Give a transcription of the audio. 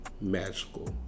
magical